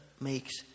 makes